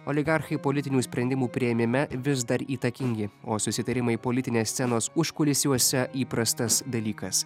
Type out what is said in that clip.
oligarchai politinių sprendimų priėmime vis dar įtakingi o susitarimai politinės scenos užkulisiuose įprastas dalykas